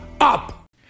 up